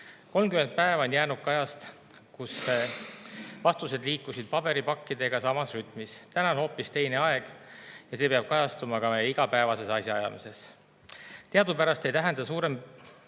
[nõue] on jäänud ajast, kui vastused liikusid paberipakkidega samas rütmis. Nüüd on hoopis teine aeg ja see peab kajastuma ka meie igapäevases asjaajamises. Teadupärast ei tähenda suurem